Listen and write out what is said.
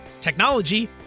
technology